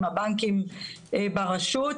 עם הבנקים ברשות.